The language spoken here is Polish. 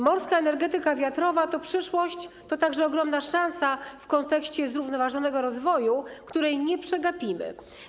Morska energetyka wiatrowa to jest przyszłość, a także ogromna szansa w kontekście zrównoważonego rozwoju, której nie przegapimy.